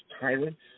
tyrants